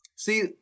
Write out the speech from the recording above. See